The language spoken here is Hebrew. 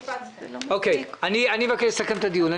אני מבקש לסכם את הדיון.